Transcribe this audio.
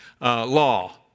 Law